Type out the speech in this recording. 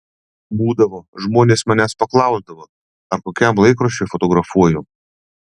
būdavo žmonės manęs paklausdavo ar kokiam laikraščiui fotografuoju